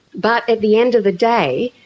but at the end of the day,